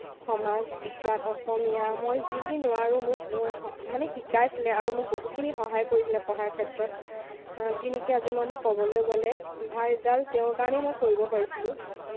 সমাজবিজ্ঞান অসমীয়া মই যি যি নোৱাৰোঁ মোক মানে শিকাইছিলে আৰু মোক বহুতখিনি সহায় কৰিছিলে পঢ়াৰ ক্ষেত্ৰত যি নেকি আজি মই ক'বলৈ গ'লে ভাল ৰিজাল্ট তেওঁৰ কাৰণেই মই কৰিব পাৰিছিলোঁ